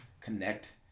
connect